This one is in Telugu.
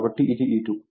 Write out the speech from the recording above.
కాబట్టి ఇది E2